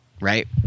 right